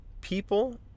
People